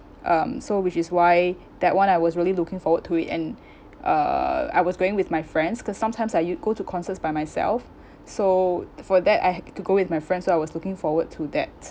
um so which is why that one I was really looking forward to it and uh I was going with my friends cause sometimes I u~ go to concerts by myself so for that I had to go with my friend so I was looking forward to that